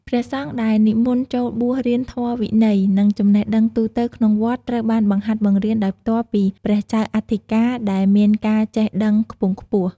ព្រះសង្ឃដែលនិមន្តចូលបួសរៀនធម៌វិន័យ និងចំណេះដឹងទូទៅក្នុងវត្ត ត្រូវបានបង្ហាត់បង្រៀនដោយផ្ទាល់ពីព្រះចៅអធិការ ដែលមានការចេះដឹងខ្ពង់ខ្ពស់។